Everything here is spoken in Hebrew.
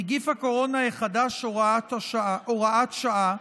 (נגיף הקורונה החדש, הוראת שעה),